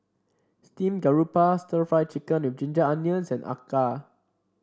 Steamed Garoupa stir Fry Chicken with Ginger Onions and acar